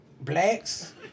blacks